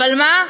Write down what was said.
אבל מה,